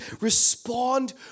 respond